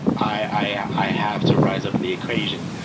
i have to rise up to the occasion.